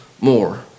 more